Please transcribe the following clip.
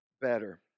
better